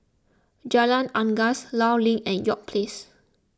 Jalan Unggas Law Link and York Place